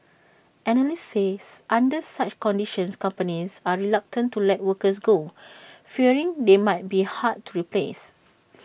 analysts says under such conditions companies are reluctant to let workers go fearing they may be hard to replace